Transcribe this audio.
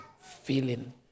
feeling